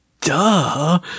Duh